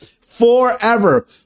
forever